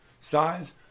size